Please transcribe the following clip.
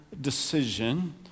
decision